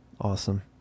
Awesome